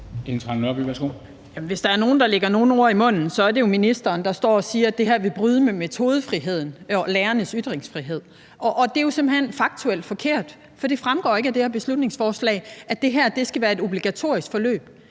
hvis der er nogen, der lægger nogen ordene i munden, er det jo ministeren, der står og siger, at det her vil bryde med metodefriheden og lærernes ytringsfrihed, og det er jo simpelt hen faktuelt forkert, for det fremgår ikke af det her beslutningsforslag, at det her skal være et obligatorisk forløb.